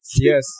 Yes